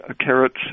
Carrots